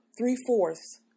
three-fourths